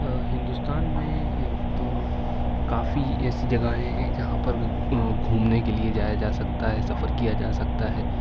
ہندوستان میں تو کافی ایسی جگہیں ہیں جہاں پر گھومنے کے لیے جایا جا سکتا ہے سفر کیا جا سکتا ہے